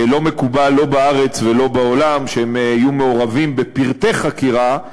לא מקובל לא בארץ ולא בעולם שהם יהיו מעורבים בפרטי חקירה,